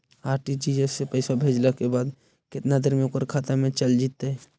RTGS से पैसा भेजला के बाद केतना देर मे ओकर खाता मे चल जितै?